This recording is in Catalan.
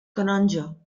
canonge